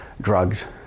drugs